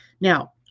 Now